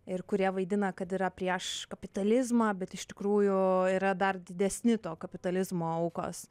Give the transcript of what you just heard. ir kurie vaidina kad yra prieš kapitalizmą bet iš tikrųjų yra dar didesni to kapitalizmo aukos